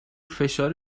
فشار